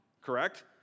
Correct